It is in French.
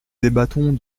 débattons